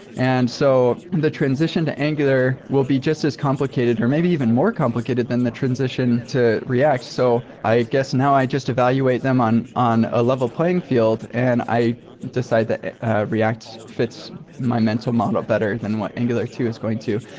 and so and the transition to angular will be just as complicated or maybe even more complicated than the transition to react. so i guess now i just evaluate them on on a level playing field and i decide that react fits my mental model better than what angular two is going to